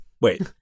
Wait